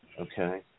Okay